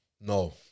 No